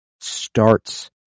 starts